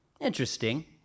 Interesting